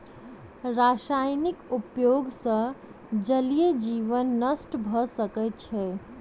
रासायनिक उपयोग सॅ जलीय जीवन नष्ट भ सकै छै